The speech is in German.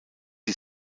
die